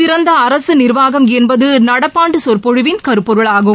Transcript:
சிறந்த அரசு நிர்வாகம் என்பது நடப்பாண்டு சொற்பொழிவின் கருப்பொருளாகும்